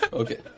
okay